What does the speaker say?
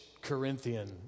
Corinthian